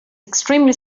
extremely